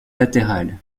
latérale